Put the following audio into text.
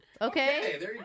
okay